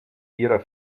ihrer